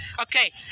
okay